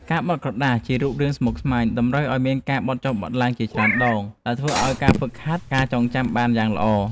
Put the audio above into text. ការបត់ក្រដាសជារូបរាងស្មុគស្មាញ តម្រូវឱ្យមានការបត់បកចុះឡើងជាច្រើនដង ដែលនេះគឺជាការហ្វឹកហាត់ការចងចាំបានយ៉ាងល្អ។